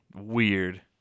Weird